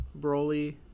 Broly